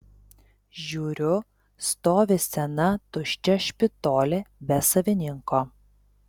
žiūriu stovi sena tuščia špitolė be savininko